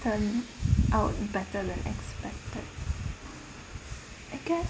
turn out better than expected I guess